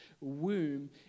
womb